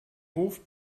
hof